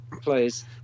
Please